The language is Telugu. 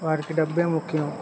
వారికి డబ్బే ముఖ్యం